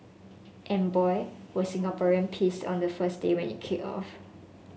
and boy were Singaporeans pissed on the first day when it kicked off